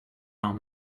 arm